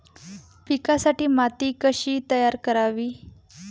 पिकांसाठी माती कशी तयार करावी?